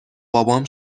بابام